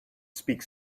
speak